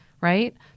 right